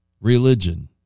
religion